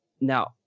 Now